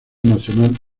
nacional